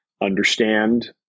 understand